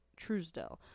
Truesdell